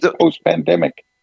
post-pandemic